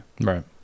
right